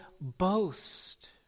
boast